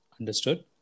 understood